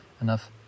enough